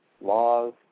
laws